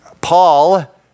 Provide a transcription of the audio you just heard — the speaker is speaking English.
Paul